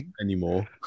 anymore